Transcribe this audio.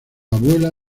abuela